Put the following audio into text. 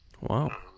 Wow